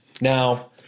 Now